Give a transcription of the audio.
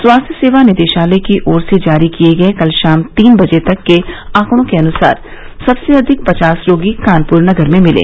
स्वास्थ्य सेवा निदेशालय की ओर से जारी किये गये कल शाम तीन बजे तक के आकड़ों के अनुसार सबसे अधिक पचास रोगी कानपुर नगर में मिले